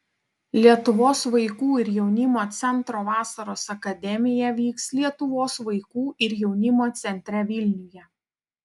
lietuvos vaikų ir jaunimo centro vasaros akademija vyks lietuvos vaikų ir jaunimo centre vilniuje